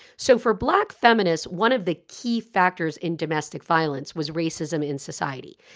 so for black feminists, one of the key factors in domestic violence was racism. in society,